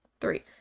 three